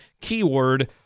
keyword